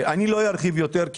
אני לא ארחיב יותר,